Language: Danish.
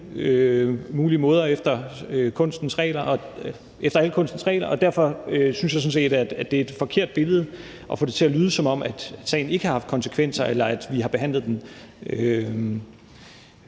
mulige måder efter alle kunstens regler. Derfor synes jeg sådan set, at det er et forkert billede at få det til at se ud, som om sagen ikke har haft konsekvenser, eller at vi har behandlet den